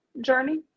journey